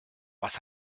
was